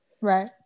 Right